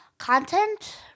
content